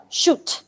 shoot